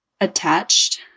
attached